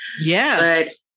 Yes